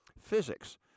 physics